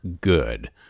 good